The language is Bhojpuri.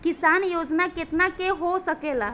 किसान योजना कितना के हो सकेला?